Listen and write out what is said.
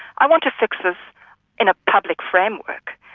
i want to fix this in a public framework.